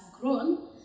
grown